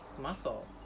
muscle